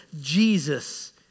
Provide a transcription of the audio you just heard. Jesus